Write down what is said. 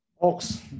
ox